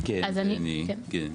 כן, זה אני, כן.